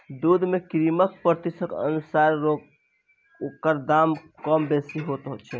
दूध मे क्रीमक प्रतिशतक अनुसार ओकर दाम कम बेसी होइत छै